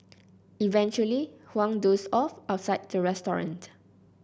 eventually Huang dozed off outside the restaurant